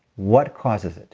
what causes it?